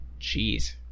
jeez